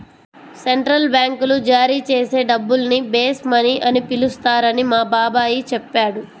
central బ్యాంకులు జారీ చేసే డబ్బుల్ని బేస్ మనీ అని పిలుస్తారని మా బాబాయి చెప్పాడు